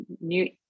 new